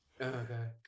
Okay